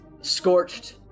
scorched